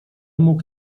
mógł